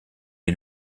est